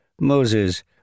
Moses